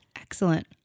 Excellent